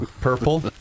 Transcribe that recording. Purple